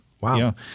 Wow